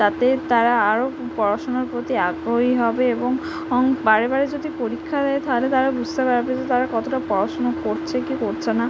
তাতে তারা আরও পড়াশোনার প্রতি আগ্রহী হবে এবং বারে বারে যদি পরীক্ষা দেয় তাহলে তারা বুঝতে পারবে যে তারা কতটা পড়াশোনা করছে কি করছে না